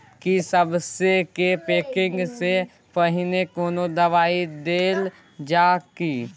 की सबसे के पैकिंग स पहिने कोनो दबाई देल जाव की?